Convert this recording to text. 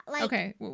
Okay